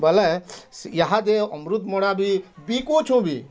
ବେଲେ ଇହାଦେ ଅମୃତ୍ଭଣ୍ଡା ବି ବିକୁଛୁଁ ବି